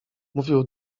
mówił